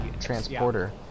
transporter